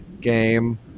game